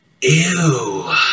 ew